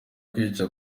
kwica